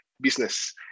business